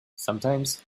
sometimes